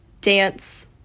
dance